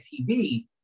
TV